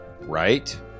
Right